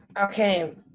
Okay